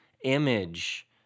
image